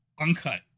uncut